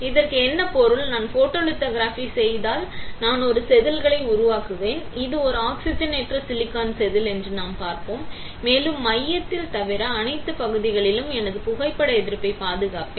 இதற்கு என்ன பொருள் நான் ஃபோட்டோலித்தோகிராஃபி செய்தால் நான் ஒரு செதில்களை உருவாக்குவேன் இது ஒரு ஆக்ஸிஜனேற்ற சிலிக்கான் செதில் என்று நான் பார்ப்பேன் மேலும் மையத்தில் தவிர அனைத்து பகுதிகளிலும் எனது புகைப்பட எதிர்ப்பை பாதுகாப்பேன்